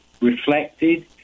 reflected